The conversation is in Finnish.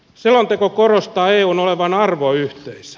selonteko korostaa eun olevan arvoyhteisö